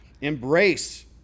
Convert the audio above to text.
embrace